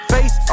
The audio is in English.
Face